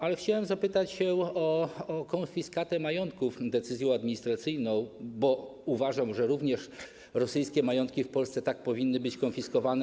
Ale chciałem zapytać o konfiskatę majątków decyzją administracyjną, bo uważam, że również rosyjskie majątki w Polsce tak powinny być konfiskowane.